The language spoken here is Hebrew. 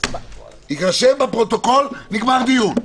זה יירשם בפרוטוקול, נגמר הדיון.